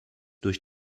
durch